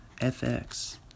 FX